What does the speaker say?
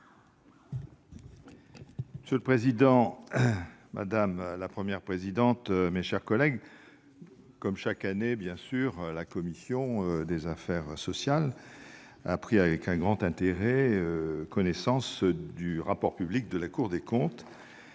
Monsieur le président, madame la Première présidente, mes chers collègues, comme chaque année, la commission des affaires sociales a pris connaissance, avec un grand intérêt, du rapport public de la Cour des comptes.